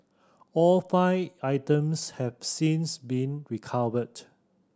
all five items have since been recovered